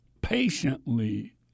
patiently